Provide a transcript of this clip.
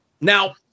Now